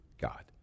God